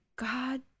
God